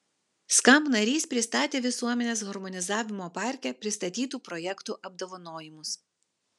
skamp narys pristatė visuomenės harmonizavimo parke pristatytų projektų apdovanojimus